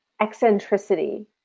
eccentricity